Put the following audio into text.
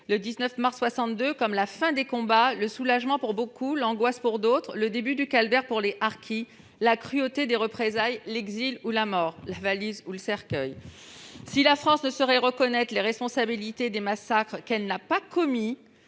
du 19 mars 1962 comme « la fin des combats, le soulagement pour beaucoup, l'angoisse pour tant d'autres, le début du calvaire pour les harkis, la cruauté des représailles, l'exil ou la mort ». En somme, les harkis ont eu le choix entre la valise et le cercueil. Si la France ne saurait reconnaître la responsabilité de massacres qu'elle n'a pas commis,